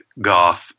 goth